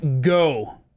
go